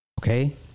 Okay